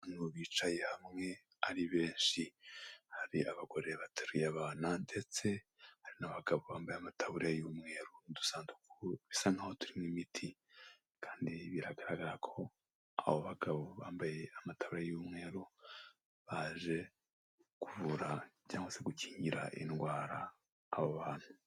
Abantu bicaye hamwe ari benshi, hari abagore bateruye abana ndetse n'abagabo bambaye amataburiya y'umweru, udusanduku bisa nkaho turimo imiti kandi biragaragara ko abo bagabo bambaye amatara y'umweru baje kuvura cyangwa se gukingira indwara abo bantu.